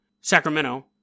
Sacramento